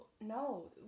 no